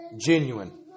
genuine